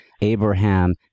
Abraham